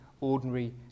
ordinary